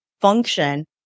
function